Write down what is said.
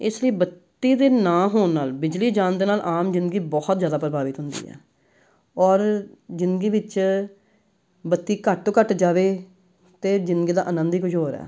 ਇਸ ਲਈ ਬੱਤੀ ਦੇ ਨਾ ਹੋਣ ਨਾਲ ਬਿਜਲੀ ਜਾਣ ਦੇ ਨਾਲ ਆਮ ਜ਼ਿੰਦਗੀ ਬਹੁਤ ਜ਼ਿਆਦਾ ਪ੍ਰਭਾਵਿਤ ਹੁੰਦੀ ਹੈ ਔਰ ਜ਼ਿੰਦਗੀ ਵਿੱਚ ਬੱਤੀ ਘੱਟ ਤੋਂ ਘੱਟ ਜਾਵੇ ਤਾਂ ਜ਼ਿੰਦਗੀ ਦਾ ਆਨੰਦ ਹੀ ਕੁਛ ਹੋਰ ਹੈ